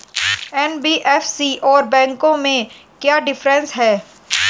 NBFC और बैंकों में क्या डिफरेंस है?